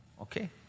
Okay